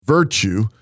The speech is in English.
Virtue